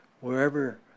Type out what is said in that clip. Wherever